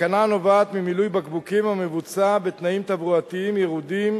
סכנה הנובעת ממילוי בקבוקים המבוצע בתנאים תברואתיים ירודים,